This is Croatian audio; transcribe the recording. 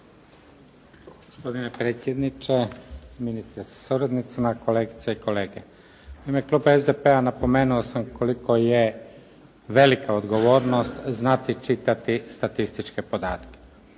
Gospodine predsjedniče, ministre sa suradnicima, kolegice i kolege. U ime kluba SDP-a napomenuo sam koliko je velika odgovornost znati čitati statističke podatke